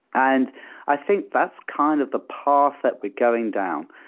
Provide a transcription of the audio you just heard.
and i think that's kind of the path that we're going down.